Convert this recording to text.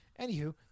Anywho